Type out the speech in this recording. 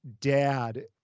dad